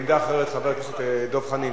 עמדה אחרת, חבר הכנסת דב חנין,